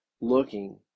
looking